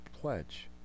pledge